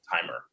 timer